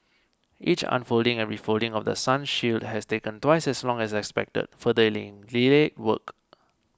each unfolding and refolding of The Sun shield has taken twice as long as expected further delaying work